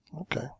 Okay